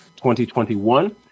2021